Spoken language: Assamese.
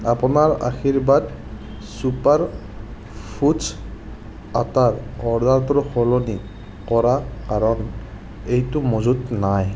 আপোনাৰ আশীৰ্বাদ চুপাৰ ফুডছ আটাৰ অৰ্ডাৰটো সলনি কৰা কাৰণ এইটো মজুত নাই